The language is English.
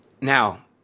now